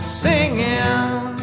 singing